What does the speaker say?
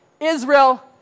Israel